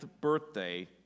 birthday